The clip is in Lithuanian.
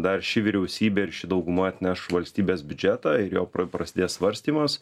dar ši vyriausybė ir ši dauguma atneš valstybės biudžetą ir jo pra prasidės svarstymas